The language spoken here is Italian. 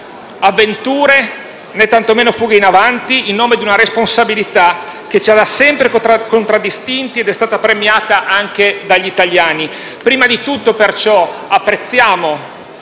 avventure, tantomeno fughe in avanti, in nome di una responsabilità che ci ha sempre contraddistinti ed è stata anche premiata dagli italiani. Prima di tutto, perciò, esprimiamo